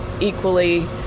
equally